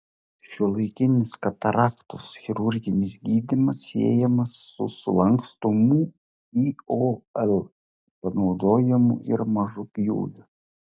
šiuolaikinis kataraktos chirurginis gydymas siejamas su sulankstomų iol panaudojimu ir mažu pjūviu